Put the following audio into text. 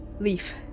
Leaf